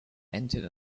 entered